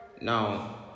Now